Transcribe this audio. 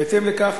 בהתאם לכך,